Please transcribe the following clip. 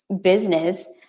business